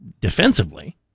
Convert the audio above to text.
defensively